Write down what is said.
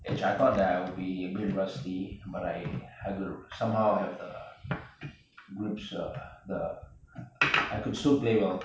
and I thought that I will be a bit rusty somehow I have the goods the I could still play well